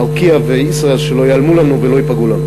"ארקיע" ו"ישראייר" שלא ייעלמו לנו ולא ייפגעו לנו,